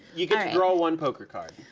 you get to draw one poker card.